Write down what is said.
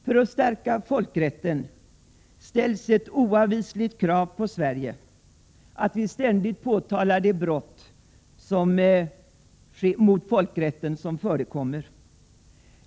För att stärka folkrätten ställs ett oavvisligt krav på Sverige: att vi ständigt påtalar de brott mot folkrätten som förekommer.